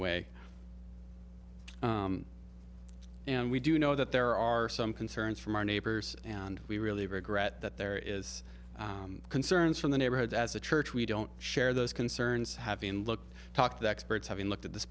way and we do know that there are some concerns from our neighbors and we really regret that there is concerns from the neighborhood as a church we don't share those concerns having looked talk that supports having looked at this